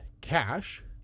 cash